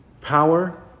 power